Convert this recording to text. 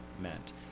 Meant